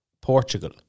Portugal